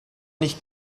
nicht